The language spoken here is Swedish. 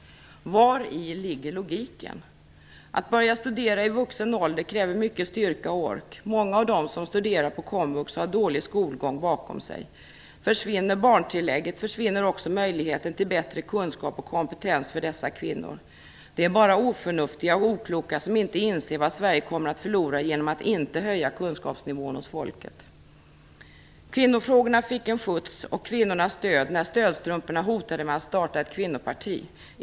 Vari ligger logiken? Att börja studera i vuxen ålder kräver mycket styrka och ork. Många av dem som studerar på komvux har dålig skolgång bakom sig. Försvinner barntillägget försvinner också möjligheten till bättre kunskap och kompetens för dessa kvinnor. Det är bara oförnuftiga och okloka som inte inser vad Sverige kommer att förlora genom att inte höja kunskapsnivån hos folket. Kvinnofrågorna fick skjuts och kvinnorna stöd när Stödstrumporna hotade med att starta ett kvinnoparti.